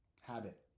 habit